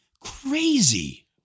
crazy